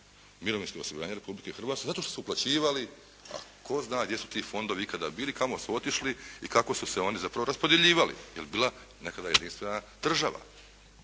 mirovinskog osiguranja Republike Hrvatske zato što su uplaćivali, a tko zna gdje su ti fondovi ikada bili, kamo su otišli i kako su se oni zapravo raspodjeljivali, je li bila nekada jedinstvena država.